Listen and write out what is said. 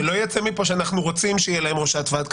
שלא יצא מפה שאנחנו רוצים שתהיה להם ראשת ועד כזאת.